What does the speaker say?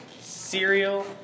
Cereal